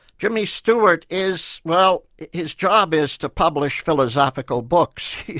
jimmy stewart is, well his job is to publish philosophical books you